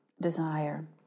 desire